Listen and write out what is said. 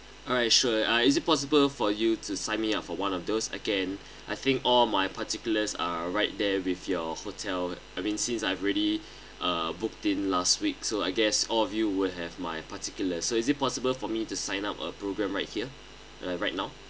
alright sure uh is it possible for you to sign me up for one of those again I think all my particulars are right there with your hotel I mean since I've already uh booked in last week so I guess all of you will have my particular so is it possible for me to sign up a program right here right now